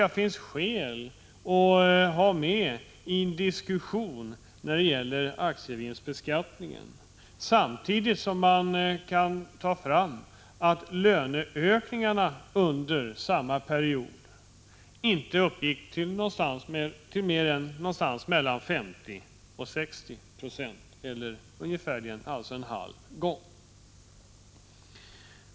Det finns skäl att ta med dessa uppgifter i en diskussion om aktievinstbeskattningen, samtidigt som man bör beakta att löneökningarna under samma period inte uppgick till mer än mellan 50 och 60 9.